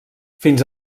fins